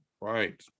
right